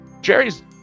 Jerry's